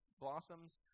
blossoms